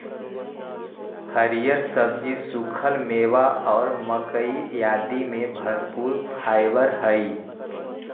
हरिअर सब्जि, सूखल मेवा और मक्कइ आदि में भरपूर फाइवर हई